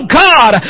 god